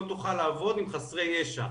לא תוכל לעבוד עם חסרי ישע.